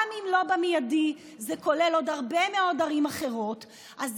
גם אם זה לא כולל עוד הרבה מאוד ערים אחרות במיידי.